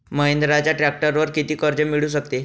महिंद्राच्या ट्रॅक्टरवर किती कर्ज मिळू शकते?